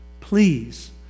Please